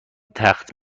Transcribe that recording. تخت